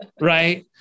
right